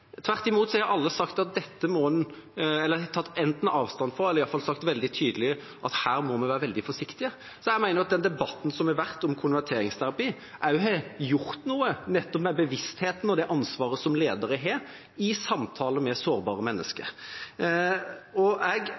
Tvert imot har alle enten tatt avstand fra det eller i alle fall sagt veldig tydelig at her må man være veldig forsiktig. Jeg mener at den debatten som har vært om konverteringsterapi, også har gjort noe med bevisstheten og ansvaret som ledere har i samtale med sårbare mennesker. Jeg er opptatt av at vi skal gjøre mer for å stoppe det. Derfor skulle jeg